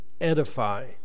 edify